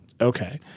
Okay